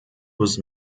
was